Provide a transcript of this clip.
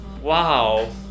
Wow